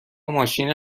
ماشین